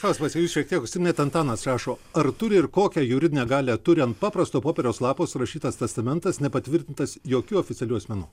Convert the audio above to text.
klausimas jūs šiek tiek užsiminėt antanas rašo ar turi ir kokią juridinę galią turi ant paprasto popieriaus lapo surašytas testamentas nepatvirtintas jokių oficialių asmenų